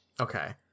okay